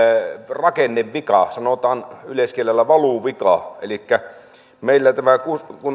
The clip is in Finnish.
rakennevika sanotaan yleiskielellä valuvika elikkä kun meillä tämä